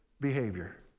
behavior